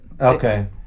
Okay